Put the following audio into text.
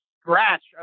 scratch